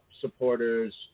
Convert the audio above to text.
supporters